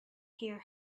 hear